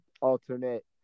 alternate